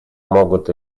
могут